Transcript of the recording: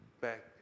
back